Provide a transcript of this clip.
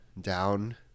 down